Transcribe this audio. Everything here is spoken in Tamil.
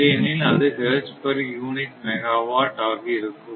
இல்லையெனில் அது ஹெர்ட்ஸ் பெர் யூனிட் மெகாவாட் ஆக இருக்கும்